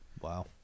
Wow